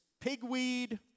pigweed